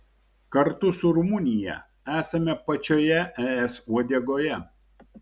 kartu su rumunija esame pačioje es uodegoje